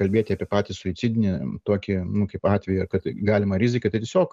kalbėti apie patį suicidinį tokį nu kaip atvejį ir kad galimą riziką tai tiesiog